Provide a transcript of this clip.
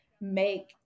make